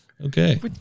Okay